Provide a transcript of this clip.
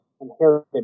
inherited